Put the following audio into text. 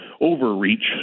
overreach